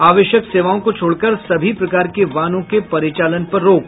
आवश्यक सेवाओं को छोड़कर सभी प्रकार के वाहनों के परिचालन पर रोक